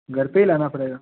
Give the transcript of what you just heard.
घर पे ही लाना पड़ेगा